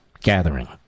gathering